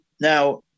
now